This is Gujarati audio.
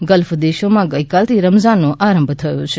ગલ્ફ દેશોમાં ગઈકાલથી રમઝાનનો આરંભ થયો છે